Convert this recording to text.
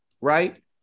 Right